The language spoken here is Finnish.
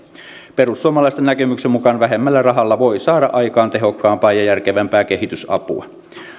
perussuomalaisten näkemyksen mukaan vähemmällä rahalla voi saada aikaan tehokkaampaa ja järkevämpää kehitysapua